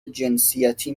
جنسیتی